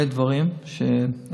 הרבה דברים שעשינו,